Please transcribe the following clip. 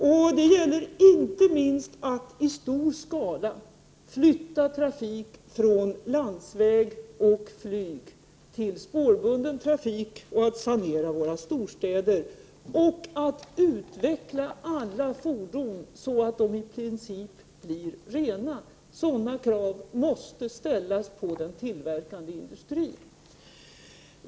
Inte minst gäller det att i stor skala överföra den trafik som sker på landsväg och med flyg till spårbunden trafik, sanera våra storstäder samt att utveckla alla fordon så att utsläppen i princip blir rena. Sådana krav måste ställas på tillverkningsindustrin.